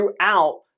throughout